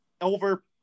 over